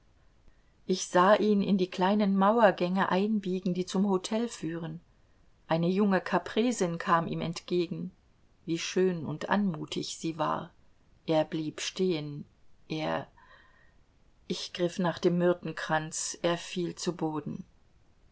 ich sah ihn in die kleinen mauergänge einbiegen die zum hotel führen eine junge capresin kam ihm entgegen wie schön und anmutig sie war er blieb stehen er ich griff nach dem myrtenkranz er fiel zu boden